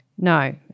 No